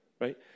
right